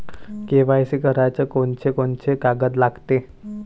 KYC कराच कोनचे कोनचे कागद लागते?